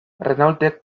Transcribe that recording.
renaultek